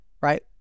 Right